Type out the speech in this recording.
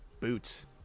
boots